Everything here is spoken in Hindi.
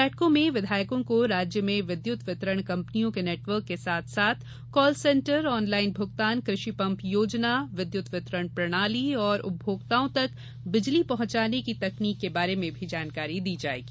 बैठकों में विधायकों को राज्य में विद्युत वितरण कम्पनियों के नेटवर्क के साथ साथ कॉल सेन्टर ऑनलाइन भुगतान कृषि पम्प योजना विद्युत वितरण प्रणाली और उपभोक्ताओं तक बिजली पहुँचाने की तकनीक के बारे में भी जानकारी दी जायेगी